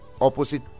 opposite